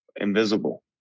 invisible